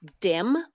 dim